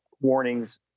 warnings